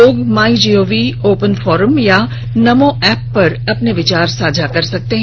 लोग MyGov open forum या NaMo app पर अपने विचार साझा कर सकते हैं